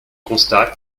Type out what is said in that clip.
constat